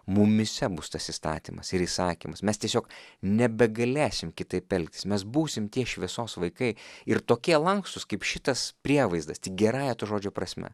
mumyse bus tas įstatymas ir įsakymas mes tiesiog nebegalėsim kitaip elgtis mes būsime tie šviesos vaikai ir tokie lankstūs kaip šitas prievaizdas tik gerąja to žodžio prasme